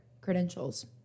credentials